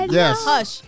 yes